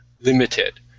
limited